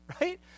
Right